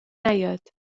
نیاد